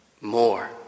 more